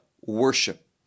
worship